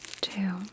two